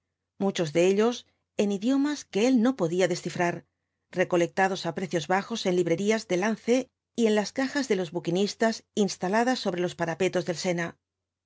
muchos de ellos en idiomas que él no podía descifrar recolectados á precios bajos en librerías de lance y en las cajas de los houquinistas instaladas sobre los parapetos del sena